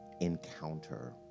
encounter